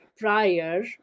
prior